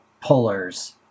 pullers